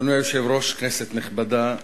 אדוני היושב-ראש, כנסת נכבדה,